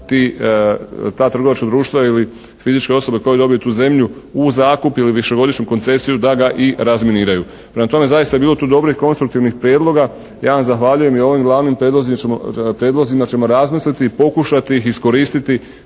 ta trgovačka društva ili fizičke osobe koje dobiju tu zemlju u zakup ili višegodišnju koncesiju da ga i razminiraju. Prema tome zaista je bilo tu dobrih konstruktivnih prijedloga. Ja vam zahvaljujem i o ovim glavnim prijedlozima ćemo razmisliti i pokušati ih iskoristiti